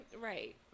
right